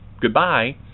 goodbye